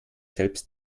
selbst